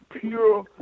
pure